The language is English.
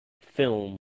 film